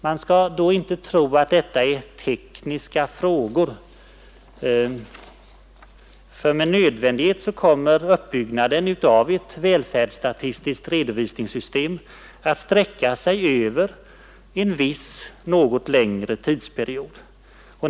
Man skall inte tro att detta är tekniska frågor. Med nödvändighet kommer uppbyggnaden av ett välfärdsstatistiskt redovisningssystem att sträcka sig över en ganska lång tidsperiod.